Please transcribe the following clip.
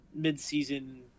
midseason